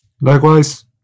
Likewise